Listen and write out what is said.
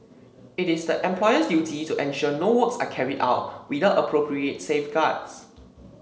it is the employer's duty to ensure no works are carried out without appropriate safeguards